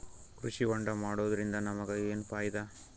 ಕೃಷಿ ಹೋಂಡಾ ಮಾಡೋದ್ರಿಂದ ನಮಗ ಏನ್ ಫಾಯಿದಾ?